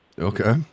Okay